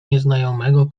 nieznajomego